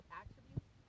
attributes